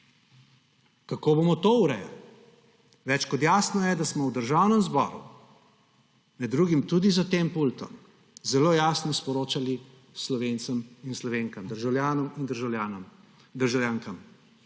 Kako bomo to urejali? Več kot jasno je, da smo v Državnem zboru med drugim tudi za tem pultom zelo jasno sporočali Slovencem in Slovenkam, državljankam in državljanom, da bomo